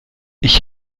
ich